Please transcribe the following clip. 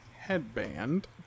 Headband